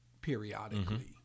periodically